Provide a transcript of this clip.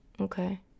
Okay